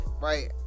right